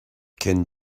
cyn